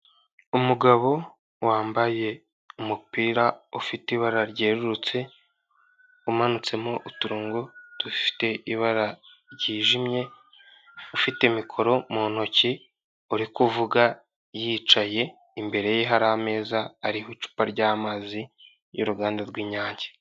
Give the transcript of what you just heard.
Umugabo wambaye umupira ufite ibara ryerurutse, umanutsemo uturongo dufite ibara ryijimye, ufite mikoro mu ntoki, uri kuvuga yicaye, imbere ye hari ameza ariho icupa ry'amazi y'uruganda rw'inyange.